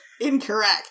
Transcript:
incorrect